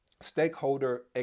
Stakeholder